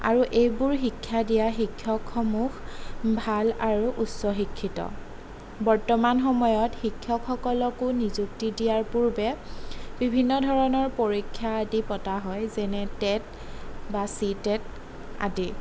আৰু এইবোৰ শিক্ষা দিয়া শিক্ষকসমূহ ভাল আৰু উচ্চ শিক্ষিত বৰ্তমান সময়ত শিক্ষকসকলকো নিযুক্তি দিয়াৰ পূৰ্বে বিভিন্ন ধৰণৰ পৰীক্ষা আদি পতা হয় যেনে টেট বা চি টেট আদি